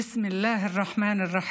את דברי האל: "בשם האל הרחום והחנון,